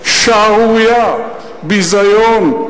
שערורייה, ביזיון.